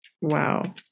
Wow